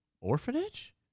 Orphanage